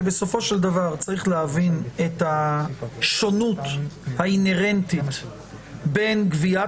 שבסופו של דבר צריך להבין את השונות האינהרנטית בין גביית